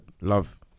love